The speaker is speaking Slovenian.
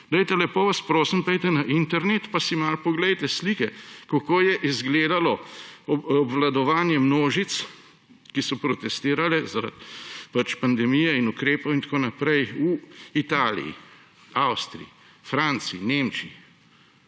Lepo vas prosim, pojdite na internet pa si malo poglejte slike, kako je izgledalo obvladovanje množic, ki so protestirale zaradi pandemije in ukrepov in tako naprej, v Italiji, Avstriji, Franciji, Nemčiji.